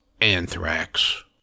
Anthrax